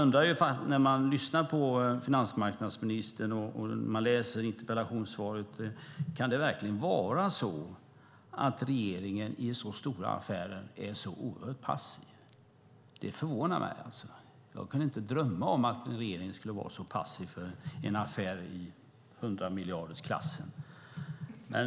När man lyssnar på finansmarknadsministern och läser interpellationssvaret undrar man om det verkligen kan vara så att regeringen är så oerhört passiv i så stora affärer. Det förvånar mig. Jag kunde inte drömma om att en regering skulle vara så passiv i en affär i 100-miljardersklassen.